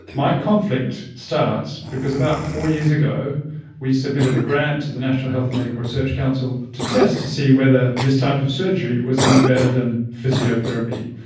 my conflict starts because about four years ago we submitted a grant to the national health and medical research council to test to see whether this type of surgery was any better than physiotherapy,